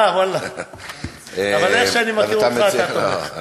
אבל איך שאני מכיר אותך, אתה תומך.